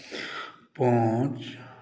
पाँच